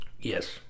Yes